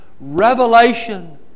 revelation